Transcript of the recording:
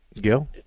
Gil